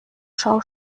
schau